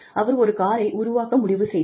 அவர் ஒரு காரை உருவாக்க முடிவு செய்தார்